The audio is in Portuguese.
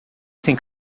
sem